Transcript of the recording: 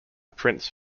prince